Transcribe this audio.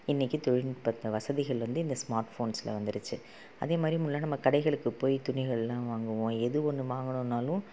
இன்றைக்கி தொழில் நுட்பத்தை வசதிகள் வந்து இந்த ஸ்மார்ட்ஃபோன்ஸில் வந்துடுச்சு அதே மாதிரி முன்னலான் நம்ம கடைகளுக்கு போய் துணிகள்லாம் வாங்குவோம் எது ஒன்று வாங்கினாலும்